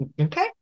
Okay